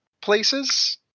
places